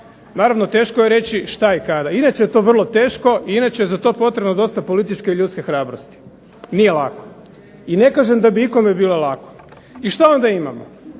Naravno teško je reći što i kada. Inače je to vrlo teško i inače je za to potrebno dosta političke i ljudske hrabrosti. Nije lako. I ne kažem da bi ikome bilo lako. I što onda imamo?